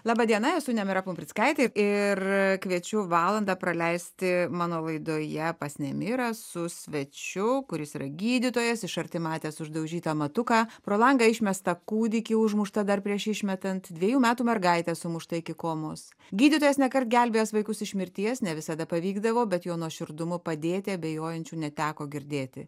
laba diena esu nemira pumprickaitė ir kviečiu valandą praleisti mano laidoje pas nemirą su svečiu kuris yra gydytojas iš arti matęs uždaužytą matuką pro langą išmestą kūdikį užmuštą dar prieš išmetant dviejų metų mergaitę sumuštą iki komos gydytojas ne kart gelbėjęs vaikus iš mirties ne visada pavykdavo bet jo nuoširdumu padėti abejojančių neteko girdėti